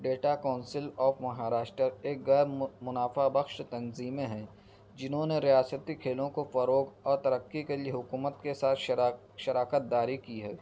data council of Maharashtra ایک غیر منافع بخش تنظیمیں ہیں جنہوں نے ریاستی کھیلوں کو فروغ اور ترقی کے لیے حکومت کے ساتھ شراک شراکت داری کی ہے